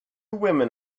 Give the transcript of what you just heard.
women